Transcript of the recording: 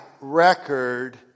record